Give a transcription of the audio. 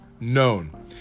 known